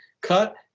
cut